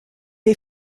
est